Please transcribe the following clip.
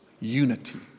Unity